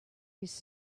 his